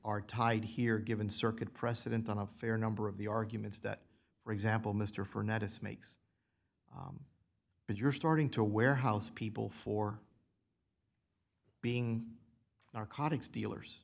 are tied here given circuit precedent on a fair number of the arguments that for example mr for notice makes but you're starting to warehouse people for being narcotics dealers